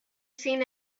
seen